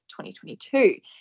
2022